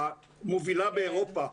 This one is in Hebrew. המובילה באירופה,